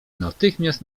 natychmiast